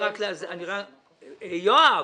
יואב,